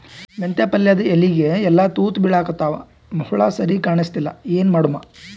ಮೆಂತೆ ಪಲ್ಯಾದ ಎಲಿ ಎಲ್ಲಾ ತೂತ ಬಿಳಿಕತ್ತಾವ, ಹುಳ ಸರಿಗ ಕಾಣಸ್ತಿಲ್ಲ, ಏನ ಮಾಡಮು?